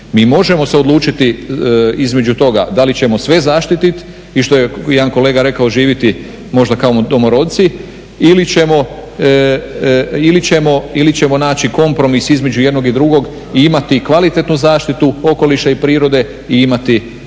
Mi možemo se odlučiti između toga da li ćemo sve zaštitit i što je jedan kolega rekao živjeti možda kao domoroci ili ćemo naći kompromis između jednog i drugog i imati kvalitetnu zaštitu okoliša i prirode i imati